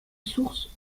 source